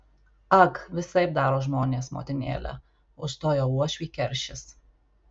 ag visaip daro žmonės motinėle užstojo uošvį keršis